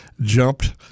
jumped